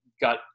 got